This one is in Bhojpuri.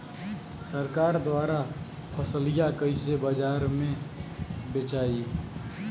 सरकार द्वारा फसलिया कईसे बाजार में बेचाई?